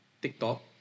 TikTok